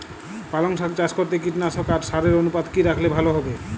পালং শাক চাষ করতে কীটনাশক আর সারের অনুপাত কি রাখলে ভালো হবে?